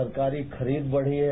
सरकारी खरीद बढ़ी है